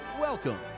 welcome